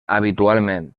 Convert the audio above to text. habitualment